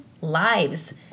lives